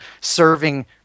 serving